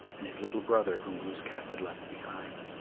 and his little brother, whom glooskap had left behind.